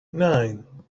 nine